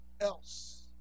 else